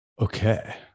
okay